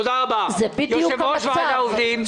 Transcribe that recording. זה בדיוק המצב.